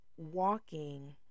walking